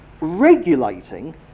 regulating